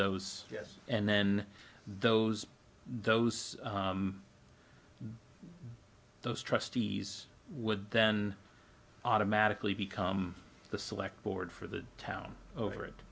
those yes and then those those those trustees would then automatically become the select board for the town over it